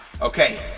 Okay